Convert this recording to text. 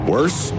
Worse